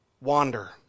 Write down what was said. wander